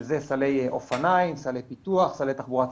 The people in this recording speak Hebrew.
שזה סלי אופניים, סלי פיתוח, סלי תחבורה ציבורית.